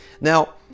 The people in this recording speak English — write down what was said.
Now